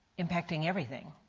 impacts and everything.